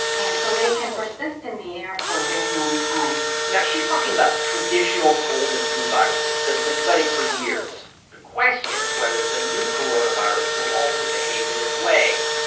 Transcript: and so they can persist in the air for a very long time now, she's talking about traditional cold and flu viruses that have been studied for years. the question is whether the new coronavirus will also behave in this way.